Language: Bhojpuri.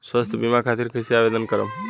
स्वास्थ्य बीमा खातिर कईसे आवेदन करम?